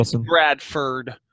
Bradford